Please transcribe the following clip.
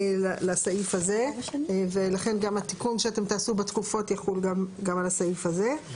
לסעיף הזה ולכן גם התיקון שאתם תעשו בתקופות יחול גם על הסעיף הזה.